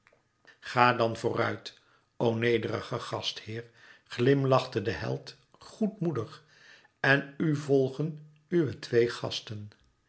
ga dan vooruit o nederige gastheer glimlachte de held goedmoedig en u vlgen uwe twee gasten